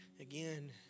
again